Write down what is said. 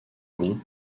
gonds